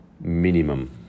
minimum